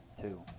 Two